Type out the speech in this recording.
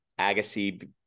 Agassi